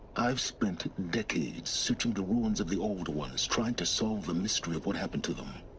i've spent decades searching the ruins of the old ones, trying to solve the mystery of what happened to them.